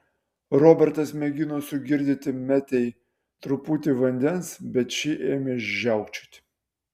robertas mėgino sugirdyti metei truputį vandens bet ši ėmė žiaukčioti